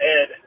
ed